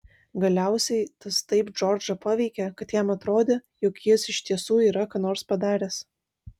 galiausiai tas taip džordžą paveikė kad jam atrodė jog jis iš tiesų yra ką nors padaręs